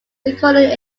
recording